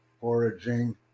foraging